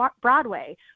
Broadway